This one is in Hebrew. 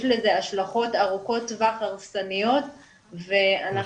יש לזה השלכות ארוכות טווח הרסניות ואנחנו